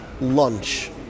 lunch